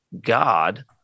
God